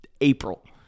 April